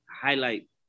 Highlight